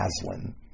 Aslan